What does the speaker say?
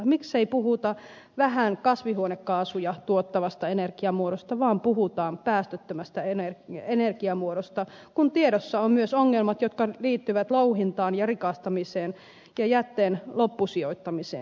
miksei puhuta vähän kasvihuonekaasuja tuottavasta energiamuodosta vaan puhutaan päästöttömästä energiamuodosta kun tiedossa on myös ongelmat jotka liittyvät louhintaan ja rikastamiseen ja jätteen loppusijoittamiseen